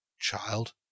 Child